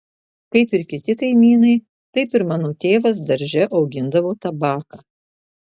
kaip ir kiti kaimynai taip ir mano tėvas darže augindavo tabaką